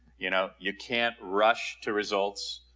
you know you can't rush to results.